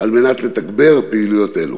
על מנת לתגבר פעילויות אלו.